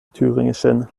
thüringischen